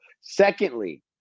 secondly